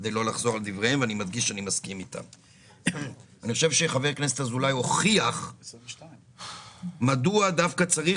אני חושב שחבר הכנסת אזולאי הוכיח מדוע צריך